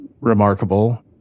remarkable